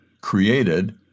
created